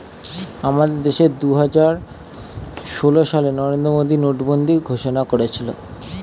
আমাদের দেশে দুহাজার ষোল সালে নরেন্দ্র মোদী নোটবন্দি ঘোষণা করেছিল